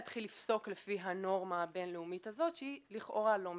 יתחיל לפסוק לפי הנורמה הבינלאומית הזאת שהיא לכאורה לא מחייבת.